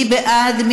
מי בעד?